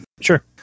Sure